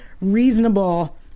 reasonable